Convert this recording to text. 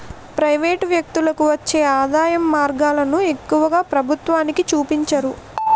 private వ్యక్తులకు వచ్చే ఆదాయం మార్గాలను ఎక్కువగా ప్రభుత్వానికి చూపించరు